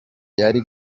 yari